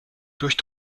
durch